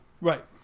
Right